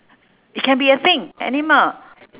it can be a thing animal